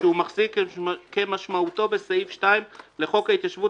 שהוא מחזיק כמשמעותו בסעיף 2 לחוק ההתיישבות